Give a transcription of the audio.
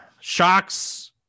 shocks